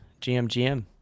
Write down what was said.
GMGM